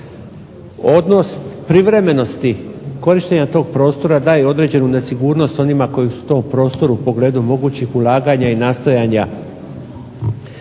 Odnos privremenosti korištenja tog prostora daje određenu nesigurnost onima koji su u tom prostoru u pogledu mogućih ulaganja i nastojanja